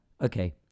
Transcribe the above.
okay